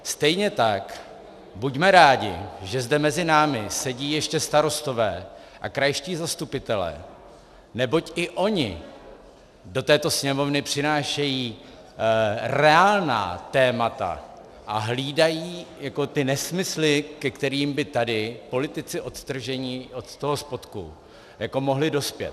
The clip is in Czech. Stejně tak buďme rádi, že zde mezi námi sedí ještě starostové a krajští zastupitelé, neboť i oni do této Sněmovny přinášejí reálná témata a hlídají ty nesmysly, ke kterým by tady politici odtržení od toho spodku mohli dospět.